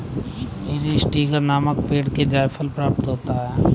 मीरीस्टिकर नामक पेड़ से जायफल प्राप्त होता है